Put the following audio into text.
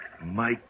Mike